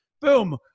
Boom